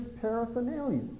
paraphernalia